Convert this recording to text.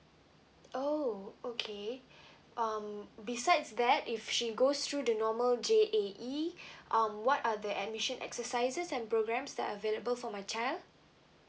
oh okay um besides that if she goes through the normal J_A_E um what are the admission exercises and programs that are available for my child